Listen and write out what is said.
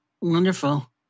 wonderful